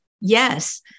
yes